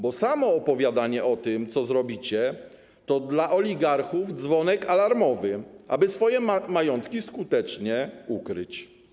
Bo samo opowiadanie o tym, co zrobicie, to dla oligarchów dzwonek alarmowy, aby swoje majątki skutecznie ukryć.